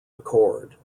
accord